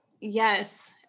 yes